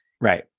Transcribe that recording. Right